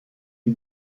die